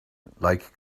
like